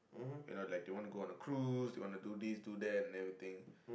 you know like they want to go on a cruise they want to do this do that and everything